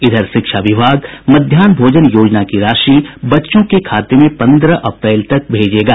इधर शिक्षा विभाग मध्याह्न भोजन योजना की राशि बच्चों के खाते में पंद्रह अप्रैल तक भेजेगा